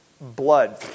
blood